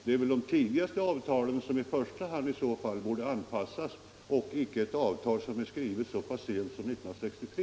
Det är väl de äldsta avtalen som borde anpassas och icke ett avtal som är skrivet så pass sent som 1963.